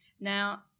Now